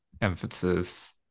emphasis